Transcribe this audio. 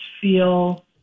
feel